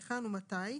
היכן ומתי,